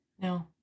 No